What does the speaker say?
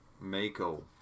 Mako